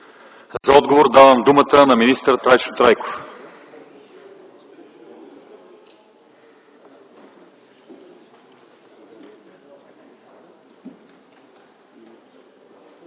За отговор давам думата на министър Трайчо Трайков.